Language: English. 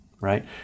Right